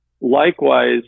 likewise